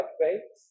faith